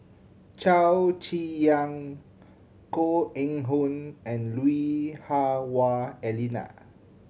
Chow Chee Yong Koh Eng Hoon and Lui Hah Wah Elena